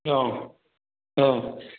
অঁ অঁ